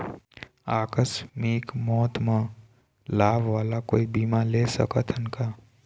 आकस मिक मौत म लाभ वाला कोई बीमा ले सकथन का?